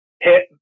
hit